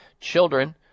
children